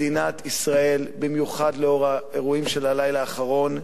מדינת ישראל במיוחד לאור האירועים של הלילה האחרון,